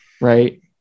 right